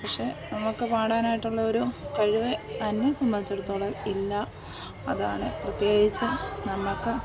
പക്ഷെ നമുക്ക് പാടാനായിട്ടുള്ള ഒരു കഴിവ് എന്നെ സംബന്ധിച്ചെടുത്തോളം ഇല്ല അതാണ് പ്രത്യേകിച്ച് നമ്മൾക്ക്